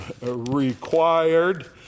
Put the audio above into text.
required